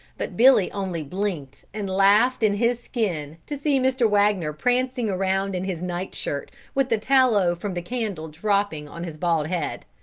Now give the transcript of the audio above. but billy only blinked and laughed in his skin to see mr. wagner prancing around in his night-shirt, with the tallow from the candle dropping on his bald head.